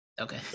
Okay